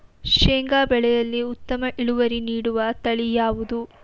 ಶೇಂಗಾ ಬೆಳೆಯಲ್ಲಿ ಉತ್ತಮ ಇಳುವರಿ ನೀಡುವ ತಳಿ ಯಾವುದು?